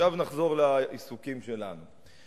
עכשיו נחזור לעיסוקים שלנו.